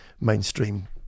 mainstream